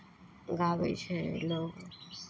गाबै छै लोक